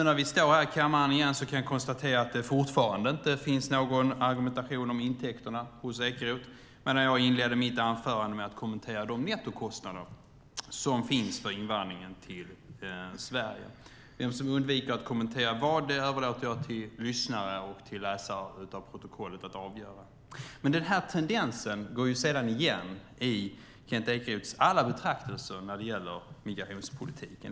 När vi nu står här i kammaren igen kan jag konstatera att det fortfarande inte finns någon argumentation om intäkterna hos Kent Ekeroth, medan jag inledde mitt anförande med att kommentera de nettokostnader som finns för invandringen till Sverige. Vem som undviker att kommentera vad överlåter jag till lyssnare och läsare av protokollet att avgöra. Den här tendensen går sedan igen i Kent Ekeroths alla betraktelser när det gäller migrationspolitiken.